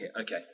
okay